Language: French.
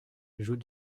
joue